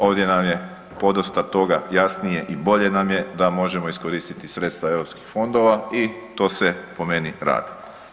Ovdje nam je podosta toga jasnije i bolje nam je da možemo iskoristiti sredstava europskih fondova i to se po meni radi.